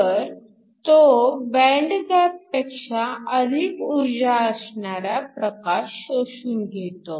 तर तो band gap पेक्षा अधिक ऊर्जा असणारा प्रकाश शोषून घेतो